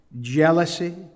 jealousy